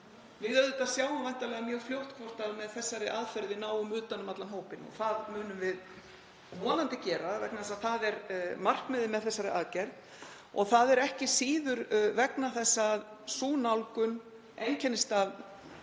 Við sjáum væntanlega mjög fljótt hvort við náum með þessari aðferð utan um allan hópinn og það munum við vonandi gera vegna þess að það er markmiðið með þessari aðgerð. Það er ekki síður vegna þess að sú nálgun einkennist